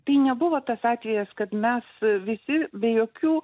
tai nebuvo tas atvejis kad mes visi be jokių